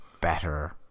better